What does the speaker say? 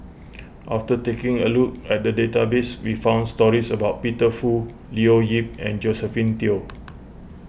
after taking a look at the database we found stories about Peter Fu Leo Yip and Josephine Teo